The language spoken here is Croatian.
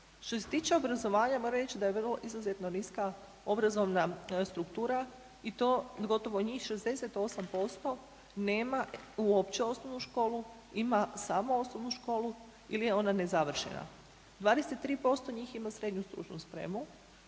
Što se tiče obrazovanja moram reći da je vrlo izuzetno niska obrazovna struktura i to gotovo njih 68% nema uopće osnovnu školu, ima samo osnovnu školu ili je ona nezavršena. 23% njih ima srednju stručnu spremu,